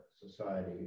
society